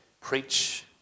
Preach